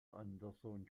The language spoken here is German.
anderson